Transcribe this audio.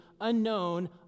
unknown